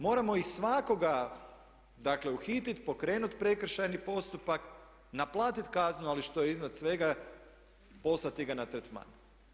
Moramo i svakoga, dakle uhititi, pokrenuti prekršajni postupak, naplatiti kaznu, ali što je iznad svega poslati ga na tretman.